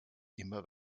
immer